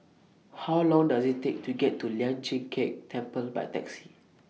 How Long Does IT Take to get to Lian Chee Kek Temple By Taxi